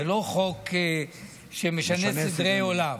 זה לא חוק שמשנה סדרי עולם.